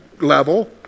level